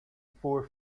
four